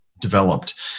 developed